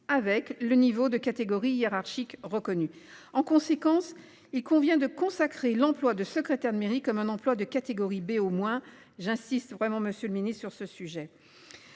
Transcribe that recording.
avec le niveau de catégorie hiérarchique reconnu en conséquence, il convient de consacrer l'emploi de secrétaire de mairie comme un emploi de catégorie B au moins j'insiste vraiment, Monsieur le Ministre, sur ce sujet.